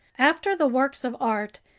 after the works of art,